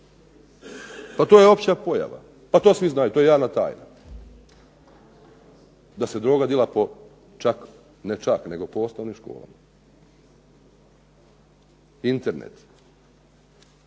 Pa to je opća pojava, to svi znaju, to je javna tajna da se droga dila čak, ne čak nego po osnovnim školama. Internet,